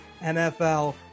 NFL